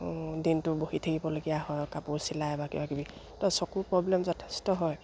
দিনটো বহি থাকিবলগীয়া হয় কাপোৰ চিলাই বা কিবা কিবি তো চকু প্ৰব্লেম যথেষ্ট হয়